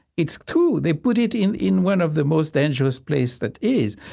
it's true. they put it in in one of the most dangerous places that is.